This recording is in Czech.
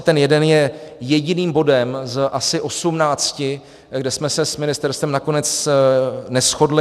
Ten jeden je jediným bodem z asi 18, kde jsme se s ministerstvem nakonec neshodli.